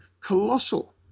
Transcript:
colossal